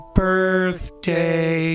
birthday